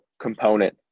component